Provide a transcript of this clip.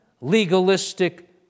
legalistic